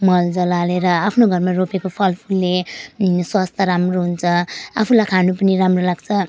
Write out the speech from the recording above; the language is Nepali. मल जल हालेर आफ्नो घरमा रोपेको फल फुलले स्वास्थ्य राम्रो हुन्छ आफूलाई खानु पनि राम्रो लाग्छ